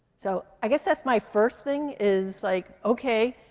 so i guess that's my first thing, is like, okay,